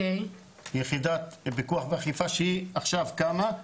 יחידת פיקוח ואכיפה שהיא עכשיו קמה,